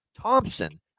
Thompson